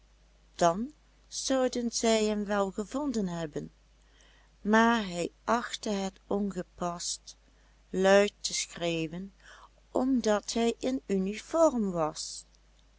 dan zouden zij hem wel gevonden hebben maar hij achtte het ongepast luid te schreeuwen omdat hij in uniform was